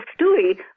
Stewie